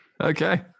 Okay